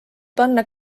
panna